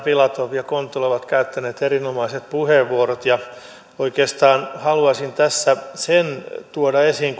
filatov ja kontula ovat käyttäneet erinomaiset puheenvuorot ja oikeastaan haluaisin tässä sen tuoda esiin